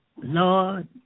Lord